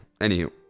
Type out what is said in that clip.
Anywho